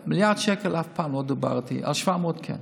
על מיליארד שקל אף פעם לא דיברתי, על 700 כן.